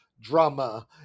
drama